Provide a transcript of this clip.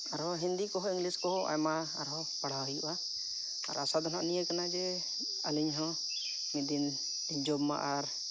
ᱟᱨᱦᱚᱸ ᱦᱤᱱᱫᱤ ᱠᱚᱦᱚᱸ ᱤᱝᱞᱤᱥ ᱠᱚᱦᱚᱸ ᱟᱭᱢᱟ ᱟᱨᱦᱚᱸ ᱯᱟᱲᱦᱟᱣ ᱦᱩᱭᱩᱜᱼᱟ ᱟᱨ ᱟᱥᱟᱫᱚ ᱱᱟᱦᱟᱜ ᱱᱤᱭᱟᱹ ᱠᱟᱱᱟ ᱡᱮ ᱟᱹᱞᱤᱧᱦᱚᱸ ᱢᱤᱫ ᱫᱤᱱ ᱡᱚᱵᱽ ᱢᱟ ᱟᱨ